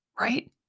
right